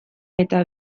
eta